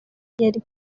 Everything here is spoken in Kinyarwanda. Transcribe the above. yari